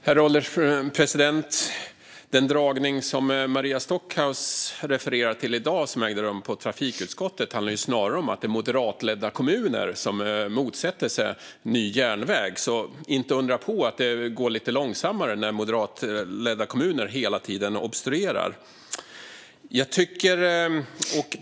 Herr ålderspresident! Den dragning som Maria Stockhaus refererar till ägde rum på trafikutskottet i dag och handlade snarare om att det är moderatledda kommuner som motsätter sig ny järnväg. Inte undra på att det går lite långsammare, när moderatledda kommuner hela tiden obstruerar.